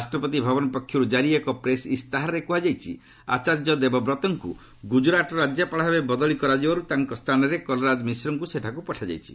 ରାଷ୍ଟ୍ରପତି ଭବନ ପକ୍ଷରୁ କାରି ଏକ ପ୍ରେସ୍ ଇସ୍ତାହାରରେ କୁହାଯାଇଛି ଆଚାର୍ଯ୍ୟ ଦେବବ୍ରତଙ୍କୁ ଗୁଜରାଟର ରାଜ୍ୟପାଳ ଭାବେ ବଦଳି କରାଯିବାରୁ ତାଙ୍କ ସ୍ଥାନରେ କଲରାଜ ମିଶ୍ରଙ୍କୁ ସେଠାକୁ ପଠାଯାଇଛି